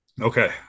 Okay